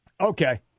Okay